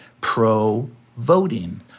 pro-voting –